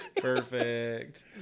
Perfect